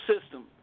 system